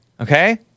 Okay